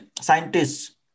scientists